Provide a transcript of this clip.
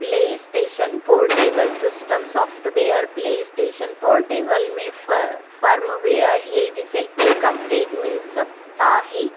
PlayStation Portable system software PlayStation Portable में फ firmware है जिसे एक अपडेट मिल सकता है